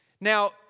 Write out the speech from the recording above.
Now